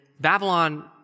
Babylon